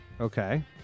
Okay